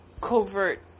covert